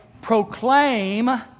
proclaim